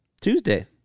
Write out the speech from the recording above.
Tuesday